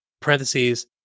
parentheses